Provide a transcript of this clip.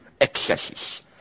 excesses